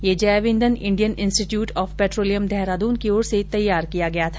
यह जैव ईंधन Indian institute of petroleum Dehradun की ओर से तैयार किया गया था